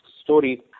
story